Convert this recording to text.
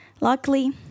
Luckily